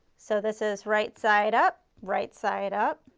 so this is right side up, right side up,